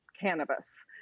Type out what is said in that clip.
cannabis